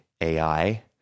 AI